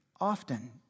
often